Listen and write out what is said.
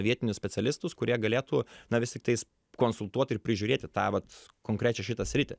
vietinius specialistus kurie galėtų na vis tiktais konsultuoti ir prižiūrėti tą vat konkrečią šitą sritį